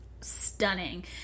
stunning